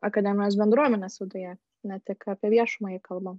akademinės bendruomenės viduje ne tik apie viešumą jei kalbam